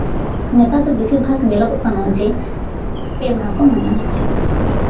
ᱱᱮᱛᱟᱨ ᱫᱚ ᱵᱮᱥᱤᱨ ᱵᱷᱟᱜᱽ ᱧᱮᱞᱚᱜᱚᱜ ᱠᱟᱱᱟ ᱡᱮ ᱯᱮ ᱢᱟᱦᱟ ᱠᱚ ᱢᱟᱱᱟᱣᱟ